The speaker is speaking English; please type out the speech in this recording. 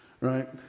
right